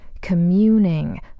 communing